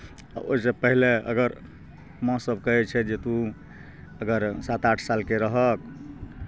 आ ओहिसँ पहिले अगर माँसभ कहै छै जे तू अगर सात आठ सालके रहक